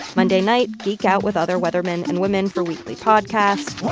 monday night, geek out with other weathermen and women for weekly podcast